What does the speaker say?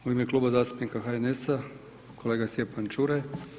U ime Kluba zastupnika HNS-a kolega Stjepan Čuraj.